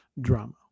drama